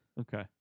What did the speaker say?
okay